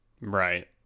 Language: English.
Right